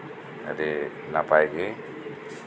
ᱟᱹᱰᱤ ᱱᱟᱯᱟᱭ ᱜᱮ